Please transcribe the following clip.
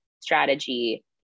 strategy